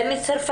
מר בני צרפתי,